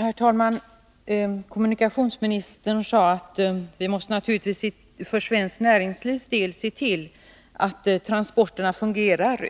Herr talman! Kommunikationsministern sade att vi naturligtvis för svenskt näringslivs del måste se till att transporterna